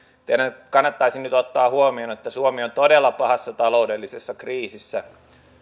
teidän kannattaisi nyt ottaa huomioon että suomi on todella pahassa taloudellisessa kriisissä